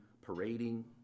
parading